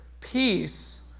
peace